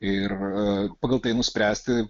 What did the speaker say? ir pagal tai nuspręsti